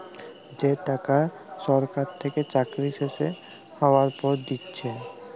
যে টাকা সরকার থেকে চাকরি শেষ হ্যবার পর দিচ্ছে